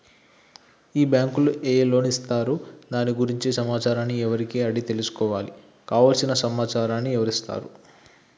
ఈ బ్యాంకులో ఏ లోన్స్ ఇస్తారు దాని గురించి సమాచారాన్ని ఎవరిని అడిగి తెలుసుకోవాలి? కావలసిన సమాచారాన్ని ఎవరిస్తారు?